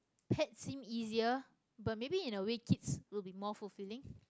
pet seem easier but maybe in a way kids will be more fulfilling